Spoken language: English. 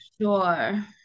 sure